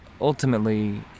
ultimately